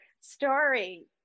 story